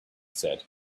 said